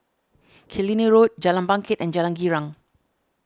Killiney Road Jalan Bangket and Jalan Girang